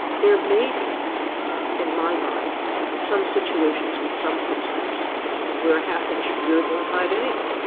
there may be in my mind some situations with some prisoners where a half inch beard won't hide anything,